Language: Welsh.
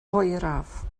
oeraf